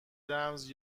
رمز